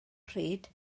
pryd